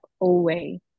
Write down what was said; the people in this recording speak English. away